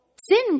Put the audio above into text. sin